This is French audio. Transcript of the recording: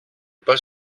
pas